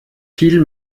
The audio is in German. viel